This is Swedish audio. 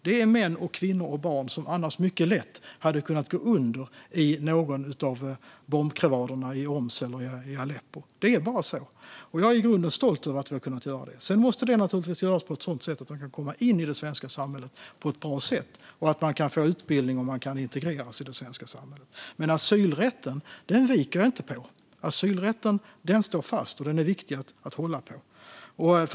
Det är män, kvinnor och barn som annars mycket lätt hade kunnat gå under i någon bombkrevad i Homs eller Aleppo. Det är bara så, och jag är i grunden stolt över att vi har kunnat göra det. Sedan måste det naturligtvis göras på ett sådant sätt att de kan komma in i samhället på ett bra sätt, få utbildning och integreras i det svenska samhället. Men asylrätten viker jag inte från. Asylrätten står fast, och den är viktig att hålla på.